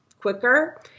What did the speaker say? quicker